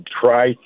try